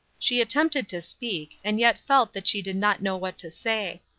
she attempted to speak, and yet felt that she did not know what to say.